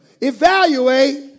Evaluate